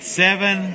seven